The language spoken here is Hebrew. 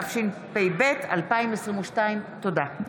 התשפ"ב 2022. תודה.